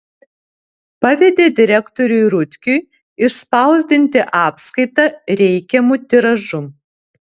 pavedė direktoriui rutkiui išspausdinti apskaitą reikiamu tiražu